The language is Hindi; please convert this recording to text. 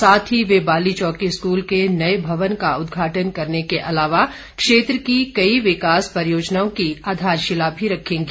साथ ही वह बाली चौकी स्कूल के नए भवन का उदघाटन करने के अलावा क्षेत्र की कई विकास परियोजनाओं की आधारशिला भी रखेंगे